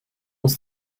ist